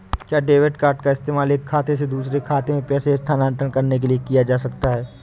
क्या debit card का इस्तेमाल एक खाते से दूसरे खाते में पैसे स्थानांतरण करने के लिए किया जा सकता है?